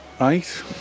Right